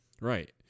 Right